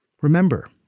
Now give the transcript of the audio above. Remember